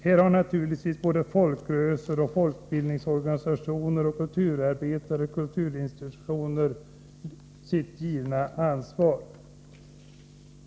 Här har naturligtvis såväl folkrörelser och folkbildningsorganisationer som kulturarbetare och kulturinstitutioner sitt givna ansvar.